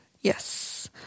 Yes